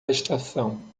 estação